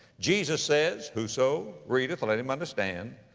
jesus says, whoso readeth, let him understand.